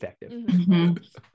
effective